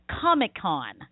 Comic-Con